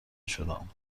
نشدم